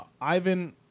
Ivan